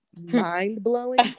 mind-blowing